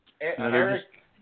Eric